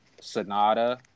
Sonata